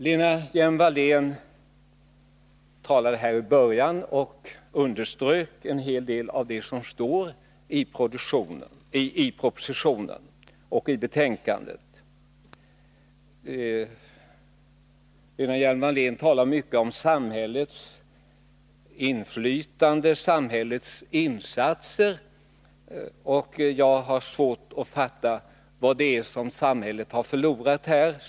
Lena Hjelm-Wallén underströk i början av debatten en hel del av det som står i propositionen och i betänkandet. Lena Hjelm-Wallén talade mycket om samhällets inflytande och samhällets insatser. Jag har svårt att fatta vad det är som samhället här skulle ha förlorat.